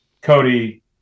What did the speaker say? Cody